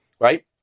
Right